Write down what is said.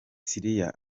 siriya